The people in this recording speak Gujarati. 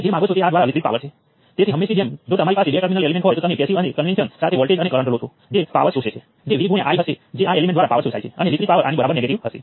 તેથી આ નોડ્સને અનુરૂપ ડાયગોનલ એલિમેન્ટ્સ બદલાશે